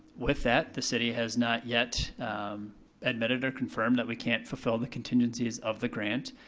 with that, the city has not yet admitted or confirmed that we can't fulfill the contingencies of the grant.